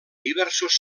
diversos